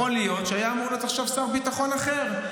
יכול להיות שהיה אמור להיות עכשיו שר ביטחון אחר.